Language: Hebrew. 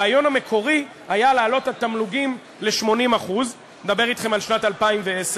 הרעיון המקורי היה להעלות את התמלוגים ל-80% אני מדבר אתכם על שנת 2010,